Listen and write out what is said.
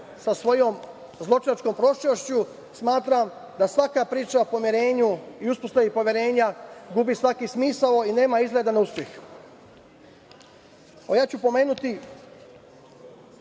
sa svojom zločinačkom prošlošću, smatram da svaka priča o pomirenju i uspostavi pomirenja gubi svaki smisao i nema izgleda na uspeh. Pomenuću